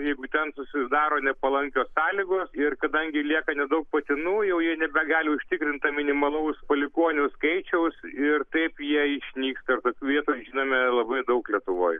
jeigu ten susidaro nepalankios sąlygos ir kadangi lieka nedaug patinų jau jie nebegali užtikrint to minimalaus palikuonių skaičiaus ir taip jie išnyksta tokių vietų žinome labai daug lietuvoj